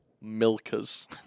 Milkers